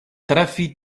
trafi